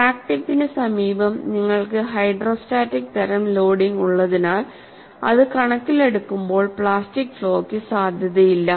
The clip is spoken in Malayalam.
ക്രാക്ക് ടിപ്പിന് സമീപം നിങ്ങൾക്ക് ഹൈഡ്രോസ്റ്റാറ്റിക് തരം ലോഡിംഗ് ഉള്ളതിനാൽ അത് കണക്കിലെടുക്കുമ്പോൾ പ്ലാസ്റ്റിക് ഫ്ലോക്കു സാധ്യതയില്ല